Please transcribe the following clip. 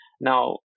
now